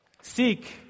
Seek